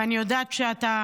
ואני יודעת שאתה